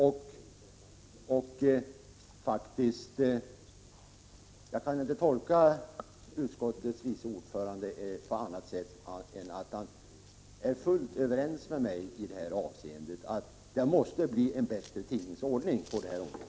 Jag kan faktiskt inte tolka uttalandet av utskottets vice ordförande på annat sätt än att han är fullt överens med mig om att det måste bli en bättre tingens ordning på detta område.